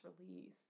release